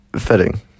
Fitting